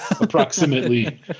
approximately